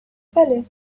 palais